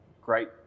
great